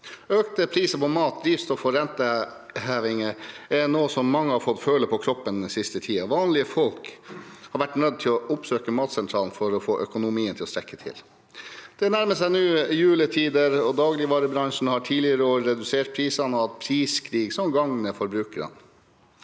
Økte priser på mat og drivstoff og rentehevinger er noe mange har fått føle på kroppen den siste tiden. Vanlige folk har vært nødt til å oppsøke matsentralene for å få økonomien til å strekke til. Det nærmer seg nå jul. Dagligvarebransjen har i tidligere år redusert prisene og hatt priskrig som gagner forbrukerne.